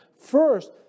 First